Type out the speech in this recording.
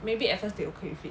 maybe at first they okay with it